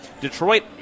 Detroit